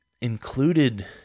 included